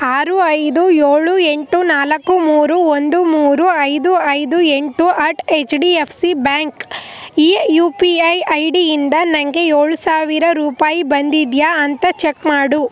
ಆರು ಐದು ಏಳು ಎಂಟು ನಾಲ್ಕು ಮೂರು ಒಂದು ಮೂರು ಐದು ಐದು ಎಂಟು at H D F C bank ಈ ಯು ಪಿ ಐ ಐ ಡಿಯಿಂದ ನನಗೆ ಏಳು ಸಾವಿರ ರೂಪಾಯಿ ಬಂದಿದೆಯಾ ಅಂತ ಚೆಕ್ ಮಾಡು